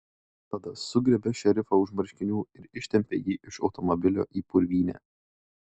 tada sugriebė šerifą už marškinių ir ištempė jį iš automobilio į purvynę